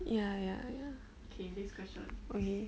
ya ya ya okay